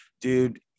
dude